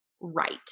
right